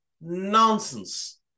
nonsense